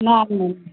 न न